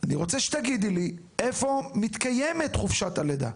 אני רוצה שתגידי לי איפה מתקיימת חופשת הלידה,